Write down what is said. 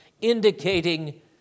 indicating